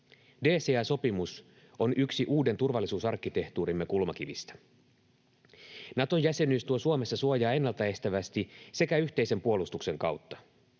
DCA-sopimus on yksi uuden turvallisuusarkkitehtuurimme kulmakivistä. Nato-jäsenyys tuo Suomessa suojaa ennaltaestävästi sekä yhteisen puolustuksen kautta.